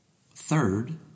third